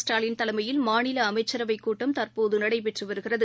ஸ்டாலின் தலைமையில் மாநிலஅமைச்சரவைக் கூட்டம் தற்போதுநடைபெற்றுவருகிறது